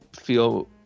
feel